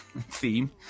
theme